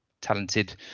talented